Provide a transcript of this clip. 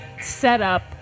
setup